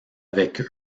avec